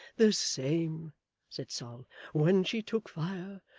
the same said sol when she took fire,